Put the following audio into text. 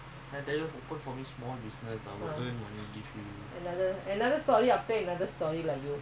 your parents your your parents not working in company no work since april